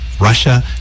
Russia